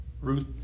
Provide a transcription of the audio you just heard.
Ruth